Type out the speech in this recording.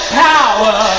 power